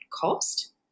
cost